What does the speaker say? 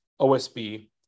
OSB